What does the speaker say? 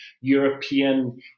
European